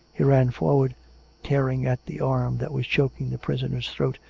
he ran forward tearing at the arm that was choking the prisoner's throat,